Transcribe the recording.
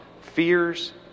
fears